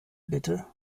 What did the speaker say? bitte